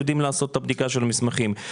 יודעים לעשות את הבדיקה של המסמכים.